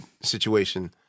situation